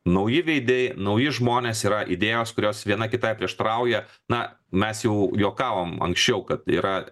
nauji veidai nauji žmonės yra idėjos kurios viena kitai prieštarauja na mes jau juokavom anksčiau kad yra